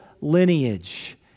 lineage